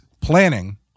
planning